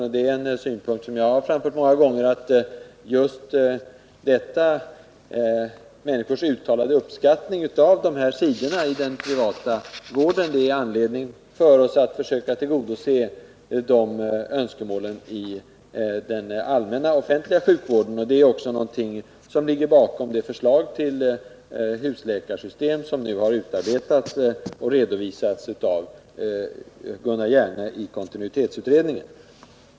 Jag har många gånger framfört synpunkten att just människornas uttalade uppskattning av de här sidorna av den privata vården ger oss anledning att försöka tillgodose samma önskemål när det gäller den offentliga sjukvården. Detta är någonting som ligger bakom det förslag om husläkarsystem som utarbetats och redovisats av Gunnar Hjerne i kontinuitetsutredningen.